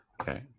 Okay